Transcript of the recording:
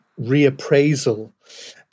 reappraisal